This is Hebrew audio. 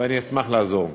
ואני אשמח לעזור.